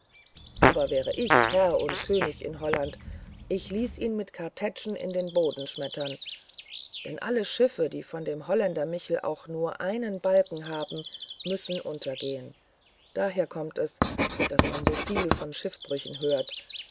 aber wäre ich herr und könig in holland ich ließe ihn mit kartätschen in den boden schmettern denn alle schiffe die von dem holländer michel auch nur einen balken haben müssen untergehen daher kommt es daß man so viel von schiffbrüchen hört